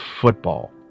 football